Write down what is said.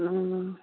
ꯎꯝ